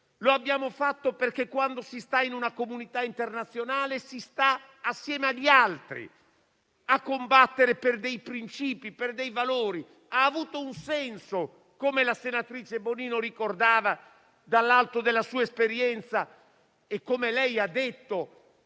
Lo abbiamo fatto perché, quando si sta in una comunità internazionale, si sta assieme agli altri a combattere per dei principi e per dei valori. Ha avuto un senso, come ricordava la senatrice Bonino dall'alto della sua esperienza e come lei ha detto,